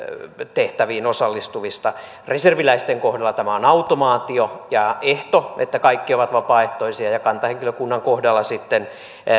tehtäviin osallistuvista reserviläisten kohdalla tämä on automaatio ja ehto että kaikki ovat vapaaehtoisia ja ja kantahenkilökunnan kohdalla sitten